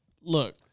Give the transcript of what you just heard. look